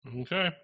okay